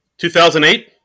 2008